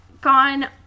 gone